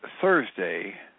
Thursday